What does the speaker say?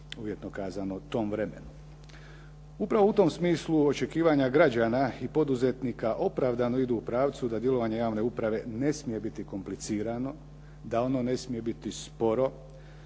uvjetno kazano tom vremenu. Upravo u tom smislu očekivanja građana i poduzetnika opravdano idu u pravcu da djelovanje javne uprave ne smije biti komplicirano, da ono ne smije biti sporo,